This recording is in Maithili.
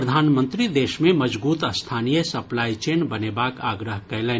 प्रधानमंत्री देश मे मजगूत स्थानीय सप्लाई चेन बनेवाक आग्रह कयलनि